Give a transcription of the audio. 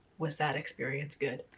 was that experience good.